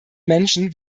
menschen